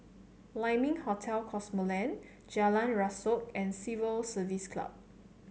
Lai Ming Hotel Cosmoland Jalan Rasok and Civil Service Club